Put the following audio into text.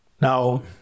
Now